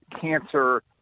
cancer